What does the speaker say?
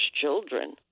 children